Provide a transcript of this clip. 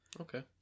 Okay